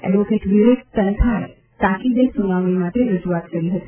advocate Vivek તનખાએ તાકીદે સુનાવણી માટે રજૂઆત કરી હતી